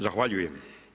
Zahvaljujem.